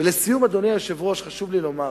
ולסיום, אדוני היושב-ראש, חשוב לי לומר